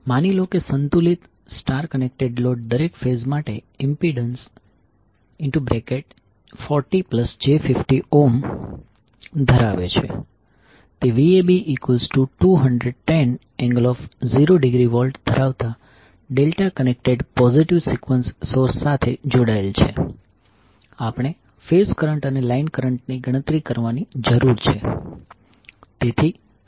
માની લો કે સંતુલિત સ્ટાર કનેક્ટેડ લોડ દરેક ફેઝ માટે ઇમ્પિડન્સ 40j25 ધરાવે છે તે Vab210∠0° V ધરાવતા delta connected positive sequence source સાથે જોડાયેલ છે આપણે ફેઝ કરંટ અને લાઈન કરંટની ગણતરી કરવાની જરૂર છે